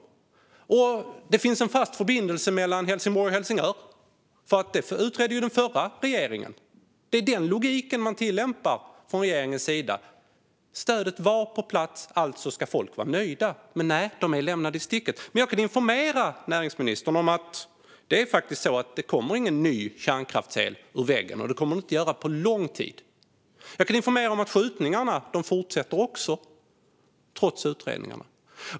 Det skulle också finnas en fast förbindelse mellan Helsingborg och Helsingör - det utredde ju den förra regeringen. Det är den logiken man tillämpar från regeringens sida: Stödet var på plats, alltså ska folk vara nöjda. Nej, de är lämnade i sticket! Jag kan informera näringsministern om att det faktiskt inte kommer någon ny kärnkraftsel ur väggen, och det kommer det inte att göra på lång tid. Jag kan informera om att skjutningarna fortsätter, trots utredningarna.